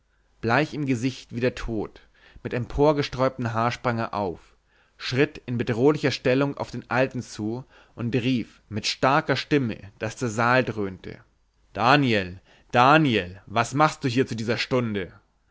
bleich im gesicht wie der tod mit emporgesträubtem haar sprang er auf schritt in bedrohlicher stellung zu auf den alten und rief mit starker stimme daß der saal dröhnte daniel daniel was machst du hier zu dieser stunde